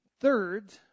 third